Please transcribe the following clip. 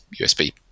usb